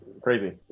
crazy